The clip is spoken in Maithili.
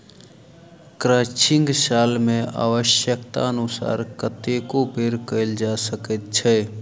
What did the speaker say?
क्रचिंग साल मे आव्श्यकतानुसार कतेको बेर कयल जा सकैत छै